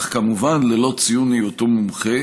אך כמובן ללא ציון היותו מומחה,